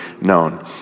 known